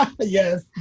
Yes